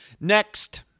Next